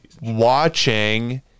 watching